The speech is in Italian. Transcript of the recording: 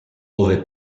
ove